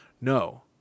No